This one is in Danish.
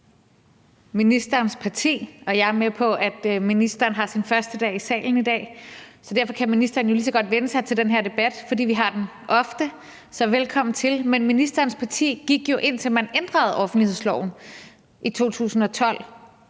ministerens parti – jeg er med på, at ministeren har sin første dag i salen i dag, men ministeren kan lige så godt vænne sig til den her debat, for vi har den ofte, så velkommen til – gik jo, indtil man ændrede offentlighedsloven i 2013,